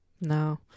No